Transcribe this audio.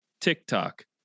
TikTok